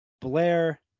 Blair